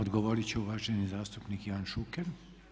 Odgovoriti će uvaženi zastupnik Ivan Šuker.